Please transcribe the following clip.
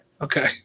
Okay